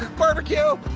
barbecue!